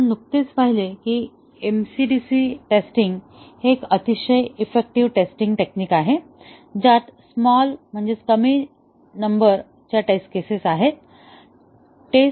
तर आपण नुकतेच पाहिले की MCDC टेस्टिंग हे एक अतिशय इफेक्टिव्ह टेस्टिंग टेक्निक आहे ज्यात स्माल नंबर टेस्टिंग केसेस आहेत